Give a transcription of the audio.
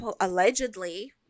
allegedly